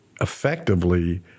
effectively